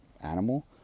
animal